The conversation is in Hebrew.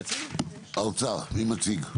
האוצר, בבקשה, מי מציג?